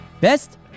Best